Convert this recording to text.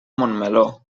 montmeló